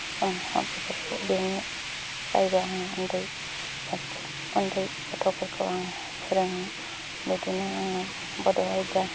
जों बेफोरखौ बेनिफ्रायबो आङो उन्दै साबजेक्ट उन्दै गथ'फोरखौ आं फोरोङो बिदिनो आङो बड' आयदाखौनो